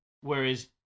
Whereas